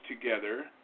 together